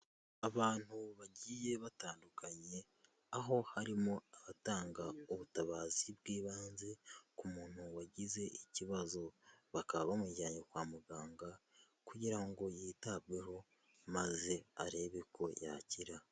Abantu bagiye batandukanye aho harimo abatanga ubutabazi bw'ibanze ku muntu wagize ikibazo, bakaba bamujyanye kwa muganga kugira ngo yitabweho maze arebe ko yakira.